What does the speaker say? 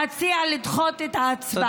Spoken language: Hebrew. להציע לדחות את ההצבעה.